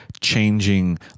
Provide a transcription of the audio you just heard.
changing